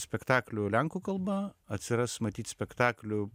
spektaklių lenkų kalba atsiras matyt spektaklių